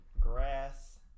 Grass